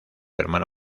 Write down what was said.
hermano